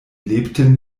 lebten